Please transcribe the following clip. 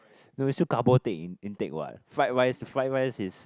no it's still carbo take in intake what fried rice fried rice is